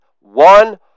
one